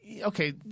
Okay